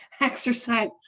exercise